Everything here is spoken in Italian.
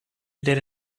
del